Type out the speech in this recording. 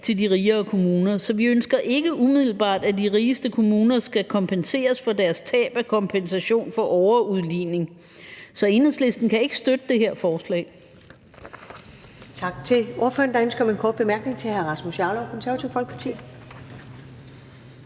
til de rigere kommuner, så vi ønsker ikke umiddelbart, at de rigeste kommuner skal kompenseres for deres tab af kompensation for overudligning. Så Enhedslisten kan ikke støtte det her forslag.